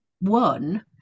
one